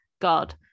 god